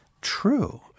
true